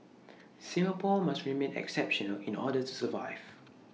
Singapore must remain exceptional in order to survive